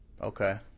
Okay